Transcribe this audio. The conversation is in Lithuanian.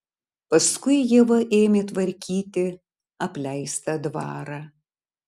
paskui ieva ėmė tvarkyti apleistą dvarą